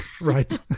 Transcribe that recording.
right